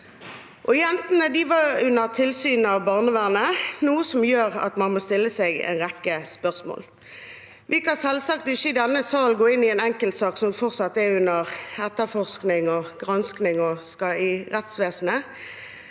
Jentene var under tilsyn av barnevernet, noe som gjør at man må stille seg en rekke spørsmål. Vi kan selvsagt ikke i denne sal gå inn i en enkeltsak som fortsatt er under etterforskning og gransking, og som skal i rettsvesenet.